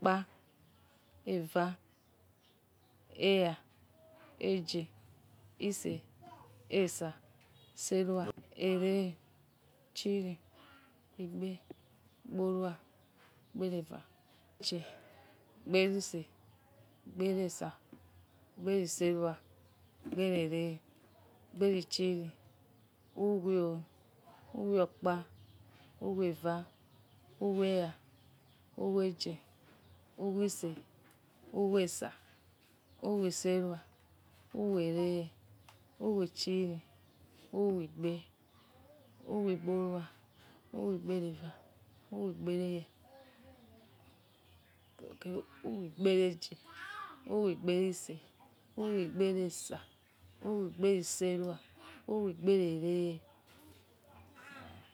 Okpa, eva, elra, echie ese. esa. se hiwa, ele, echiri egbe, egbe-lua, egbe-eva egbe-lehia. Egbe-echie egbe-lese. Egbe-esa egbe-ese lua. Egbe-ele egbe-lchici, uwe, uwe-okpa, uwe-eva, uwe-ehra uwe-echie. uwe-ese uwe-esa. Uwe-sehia. Uwe-ele, uwe- egbe, uwe-egbe- olua, uwe-egbe-ela. Uwe-egbe. ehra, uwe-egbe-echie, uwe- egbe-ese, uwe- sehia, uwe-egbe-ele.